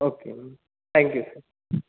okay thank you sir